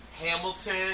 Hamilton